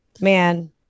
man